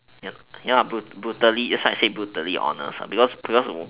ya ya brutal brutally that's why I said brutally honest because because of